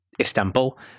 Istanbul